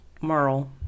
Merle